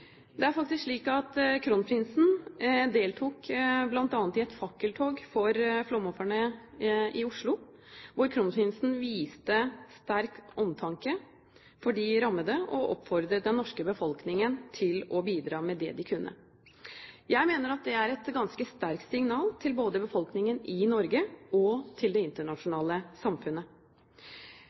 Det er faktisk slik at kronprinsen deltok bl.a. i et fakkeltog for flomofrene i Oslo, hvor kronprinsen viste sterk omtanke for de rammede, og oppfordret den norske befolkningen til å bidra med det de kunne. Jeg mener at det er et ganske sterkt signal til både befolkningen i Norge og til det internasjonale samfunnet.